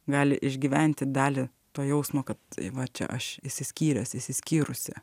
gali išgyventi dalį to jausmo kad va čia aš išsiskyręs išsiskyrusi